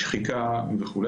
שחיקה וכו',